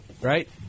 Right